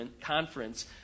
conference